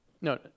No